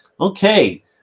Okay